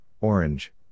Orange